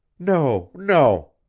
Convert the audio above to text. no, no!